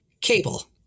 Cable